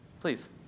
Please